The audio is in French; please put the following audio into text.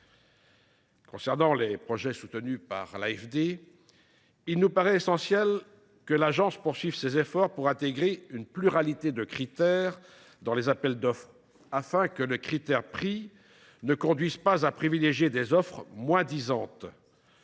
concerne les projets menés par l’AFD, il nous paraît essentiel que l’Agence poursuive ses efforts pour intégrer une pluralité de critères dans ses appels d’offres, afin que le critère du prix ne conduise pas à privilégier des offres moins disantes.